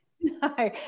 No